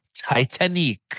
Titanic